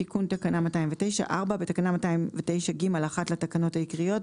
תיקון תקנה 209 "בתקנה 209(ג)(1) לתקנות העיקריות,